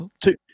Two